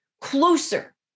closer